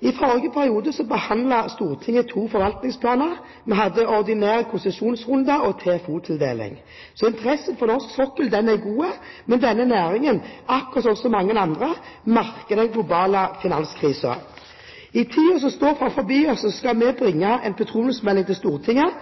I forrige periode behandlet Stortinget to forvaltningsplaner. Vi hadde ordinære konsesjonsrunder og TFO-tildeling. Interessen for norsk sokkel er god, men denne næringen, akkurat som mange andre, merker den globale finanskrisen. I tiden som står foran oss, skal vi bringe en petroleumsmelding til Stortinget